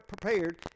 prepared